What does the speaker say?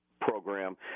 program